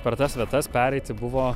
per tas vietas pereiti buvo